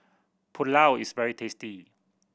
pulao is very tasty